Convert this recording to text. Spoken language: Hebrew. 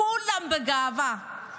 כולם בגאווה.